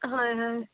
হয় হয়